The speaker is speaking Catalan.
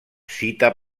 cita